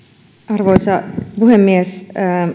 arvoisa puhemies